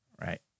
right